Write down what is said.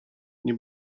nie